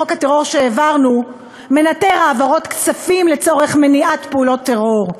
חוק הטרור שהעברנו מנטר העברות כספים לצורך מניעת פעולות טרור.